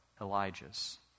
Elijah's